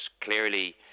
clearly